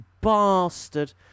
bastard